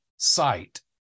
sight